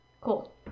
Cool